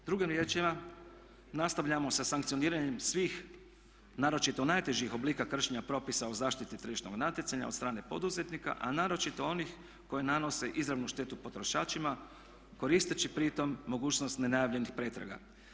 Drugim riječima, nastavljamo sa sankcioniranjem svih naročito najtežih oblika kršenja propisa o zaštiti tržišnog natjecanja od strane poduzetnika a naročito onih koji nanose izravnu štetu potrošačima koristeći pri tome mogućnost nenajavljenih pretraga.